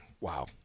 Wow